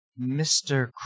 Mr